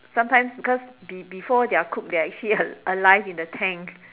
sometimes because be~ before they are cooked they are actually alive in the tank